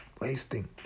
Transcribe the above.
wasting